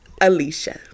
Alicia